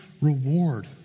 reward